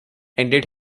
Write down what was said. ended